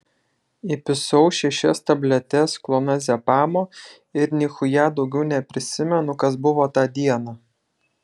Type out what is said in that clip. įpisau šešias tabletes klonazepamo ir nichuja daugiau neprisimenu kas buvo tą dieną